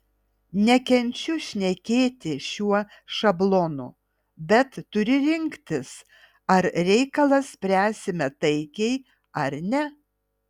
nekenčiu šnekėti šiuo šablonu bet turi rinktis ar reikalą spręsime taikiai ar ne